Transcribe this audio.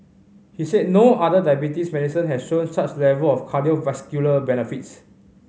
he said no other diabetes medicine had shown such level of cardiovascular benefits